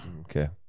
Okay